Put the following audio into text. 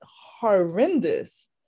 horrendous